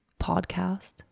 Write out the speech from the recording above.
podcast